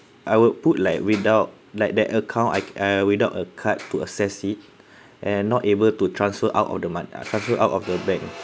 I would put like without like that account I uh without a card to access it and not able to transfer out of the mon~ uh transferred out of the bank